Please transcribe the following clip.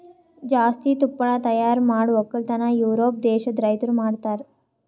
ಜಾಸ್ತಿ ತುಪ್ಪಳ ತೈಯಾರ್ ಮಾಡ್ ಒಕ್ಕಲತನ ಯೂರೋಪ್ ದೇಶದ್ ರೈತುರ್ ಮಾಡ್ತಾರ